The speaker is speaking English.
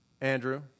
Andrew